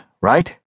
right